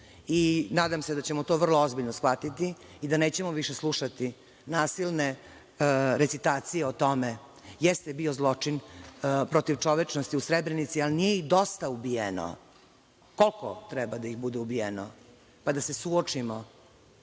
pitanju. Nadam se da ćemo to vrlo ozbiljno shvatiti i da nećemo više slušati nasilne recitacije o tome - jeste bio zločin protiv čovečnosti u Srebrenici, ali nije ih dosta ubijeno. Koliko treba da ih bude ubijeno, pa da se suočimo